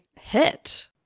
hit